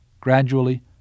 Gradually